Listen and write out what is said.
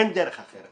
אין דרך אחרת.